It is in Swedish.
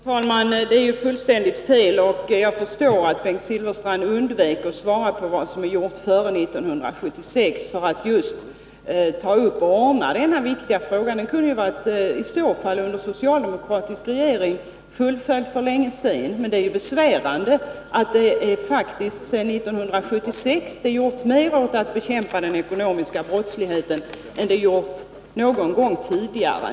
Fru talman! Det är fullständigt fel, och jag förstår att Bengt Silfverstrand undviker att svara på min fråga om vad som gjordes före 1976 för att ordna denna fråga. Detta hade kunnat göras för länge sedan. Det måste vara besvärande att det sedan 1976 gjorts mera för att bekämpa den ekonomiska brottsligheten än man gjort tidigare.